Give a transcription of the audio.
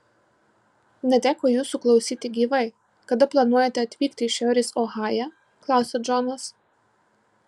neteko jūsų klausyti gyvai kada planuojate atvykti į šiaurės ohają klausia džonas